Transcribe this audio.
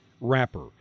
wrapper